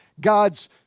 God's